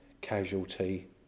casualty